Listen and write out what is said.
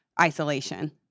isolation